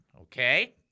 okay